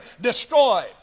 destroyed